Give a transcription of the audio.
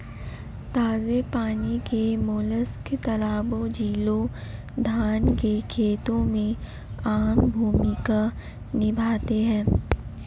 ताजे पानी के मोलस्क तालाबों, झीलों, धान के खेतों में आम भूमिका निभाते हैं